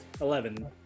Eleven